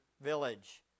village